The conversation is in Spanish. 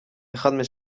dejadme